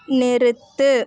நிறுத்து